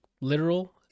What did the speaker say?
literal